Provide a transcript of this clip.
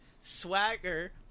Swagger